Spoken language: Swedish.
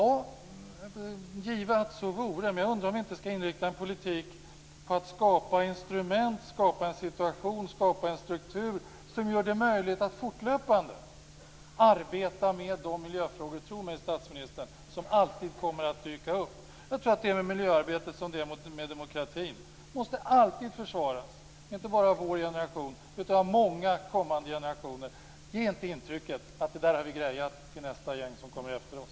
Ja, give att så vore, men jag undrar om vi inte skall inrikta politiken på att skapa instrument och en struktur som gör det möjligt att fortlöpande arbeta med de miljöfrågor som - tro mig, miljöministern - alltid kommer att dyka upp. Jag tror att det är med miljön som det är med demokratin. Den måste alltid försvaras, inte bara av vår generation utan av många kommande generationer. Ge inte intrycket att vi kommer att ha klarat detta till den generation som kommer efter oss!